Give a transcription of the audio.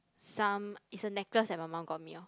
some it's a necklace that my mum got me orh